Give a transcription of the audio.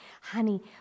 Honey